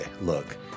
look